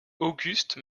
auguste